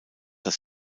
das